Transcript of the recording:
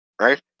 right